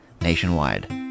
nationwide